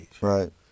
Right